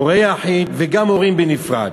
הורה יחיד וגם הורים בנפרד,